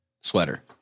Sweater